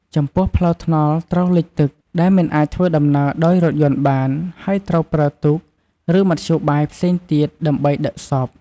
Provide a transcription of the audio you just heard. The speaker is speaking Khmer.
ចំពោះផ្លូវថ្នល់ត្រូវលិចទឹក ដែលមិនអាចធ្វើដំណើរដោយរថយន្តបាន ហើយត្រូវប្រើទូក ឬមធ្យោបាយផ្សេងទៀត ដើម្បីដឹកសព។